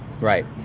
right